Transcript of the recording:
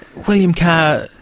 william carr,